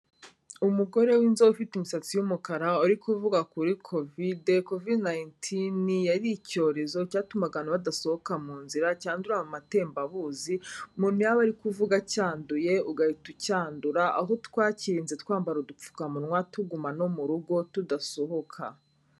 Umugore w'inzobe ufite imisatsi y'umukara, uri kuvuga kuri Kovide. Kovide nayintini yari icyorezo, cyatumaga abantu badasohoka mu nzira, cyandurira mu matembabuzi, umuntu yaba ari kuvuga acyanduye ugahita ucyandura, aho twakirinze twambara udupfuka munwa, tuguma no mu rugo tudasohoka.